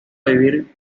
vivir